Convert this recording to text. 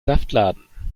saftladen